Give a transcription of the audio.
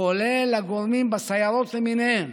כולל לגורמים בסיירות למיניהן,